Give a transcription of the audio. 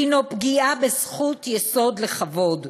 הנו פגיעה בזכות יסוד לכבוד,